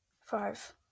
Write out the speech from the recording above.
five